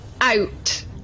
out